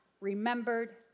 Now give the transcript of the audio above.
remembered